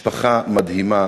משפחה מדהימה.